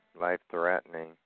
life-threatening